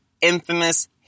infamous